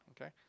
Okay